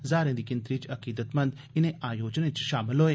ज्हारें दी गिनतरी च अकीदतमंद इनें आयोजनें च शामल होए